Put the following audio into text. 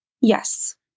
Yes